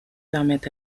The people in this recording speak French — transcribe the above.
permet